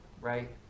right